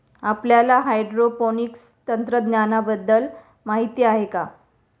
आपल्याला हायड्रोपोनिक्स तंत्रज्ञानाबद्दल माहिती आहे का?